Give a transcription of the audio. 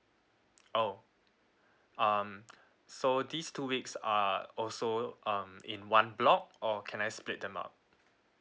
oh um so these two weeks are also um in one block or can I split them up